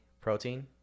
protein